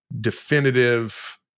definitive